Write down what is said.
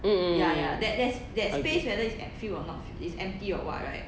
mm mm mm mm mm agree